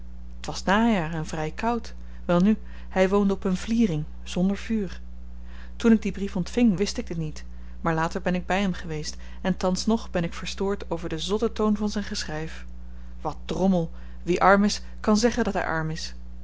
t was najaar en vry koud welnu hy woonde op een vliering zonder vuur toen ik dien brief ontving wist ik dit niet maar later ben ik by hem geweest en thans nog ben ik verstoord over den zotten toon van zyn geschryf wat drommel wie arm is kan zeggen dat hy arm is